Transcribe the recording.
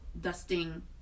dusting